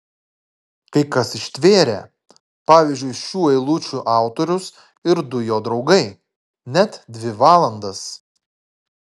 kai kas ištvėrė pavyzdžiui šių eilučių autorius ir du jo draugai net dvi valandas